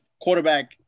quarterback